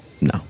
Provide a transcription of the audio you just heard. No